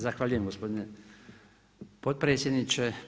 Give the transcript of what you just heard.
Zahvaljujem gospodine potpredsjedniče.